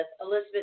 Elizabeth